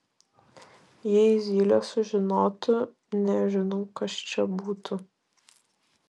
jei zylė sužinotų nežinau kas čia būtų